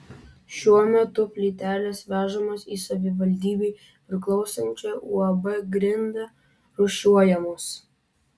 šiuo metu plytelės vežamos į savivaldybei priklausančią uab grinda rūšiuojamos